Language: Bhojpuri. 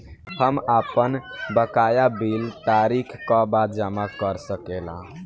हम आपन बकाया बिल तारीख क बाद जमा कर सकेला?